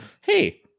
hey